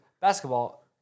basketball